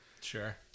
Sure